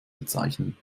bezeichnen